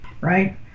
right